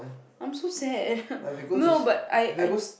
I'm so sad no but I I